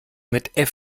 mit